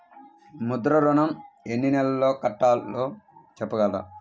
ముద్ర ఋణం ఎన్ని నెలల్లో కట్టలో చెప్పగలరా?